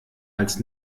als